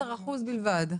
13% בלבד.